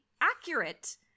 accurate